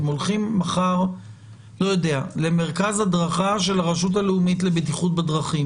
אם הולכים מחר למרכז הדרכה של הרשות הלאומית לבטיחות בדרכים,